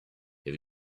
have